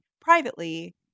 privately